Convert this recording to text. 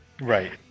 right